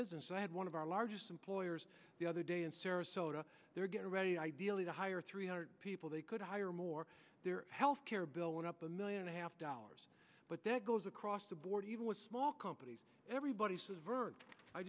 business i had one of our largest employers the other day in sarasota they were getting ready ideally to hire three hundred people they could hire more their health care bill went up a million and a half dollars but that goes across the board even with small companies everybody says ver